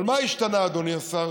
אבל מה השתנה, אדוני השר,